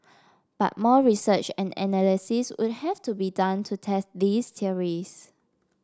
but more research and analysis would have to be done to test these theories